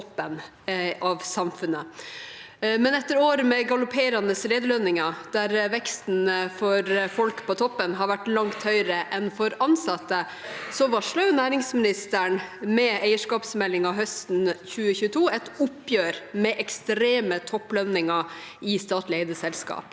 Etter år med galopperende lederlønninger der veksten for folk på toppen har vært langt høyere enn for ansatte, varslet næringsministeren med eierskapsmeldingen høsten 2022 et oppgjør med ekstreme topplønninger i statlig eide selskap